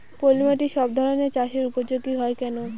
পলিমাটি সব ধরনের চাষের উপযোগী হয় কেন?